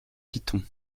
python